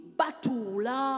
batula